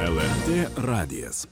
lrt radijas